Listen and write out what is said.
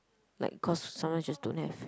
like cause someone just don't have